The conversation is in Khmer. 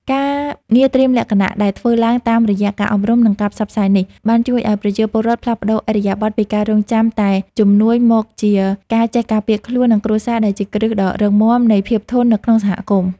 ការងារត្រៀមលក្ខណៈដែលធ្វើឡើងតាមរយៈការអប់រំ និងការផ្សព្វផ្សាយនេះ បានជួយឱ្យប្រជាពលរដ្ឋផ្លាស់ប្តូរឥរិយាបថពីការរង់ចាំតែជំនួយមកជាការចេះការពារខ្លួនឯង និងគ្រួសារ ដែលជាគ្រឹះដ៏រឹងមាំនៃភាពធន់នៅក្នុងសហគមន៍។